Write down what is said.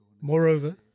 Moreover